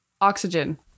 Oxygen